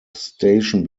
station